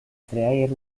traer